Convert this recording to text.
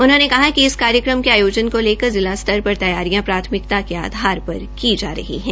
उन्होंने कहा कि इस कार्यक्रम के आयोजन को लेकर जिला स्तर पर तैयारियां प्राथमिकता के आधार पर की जा रही है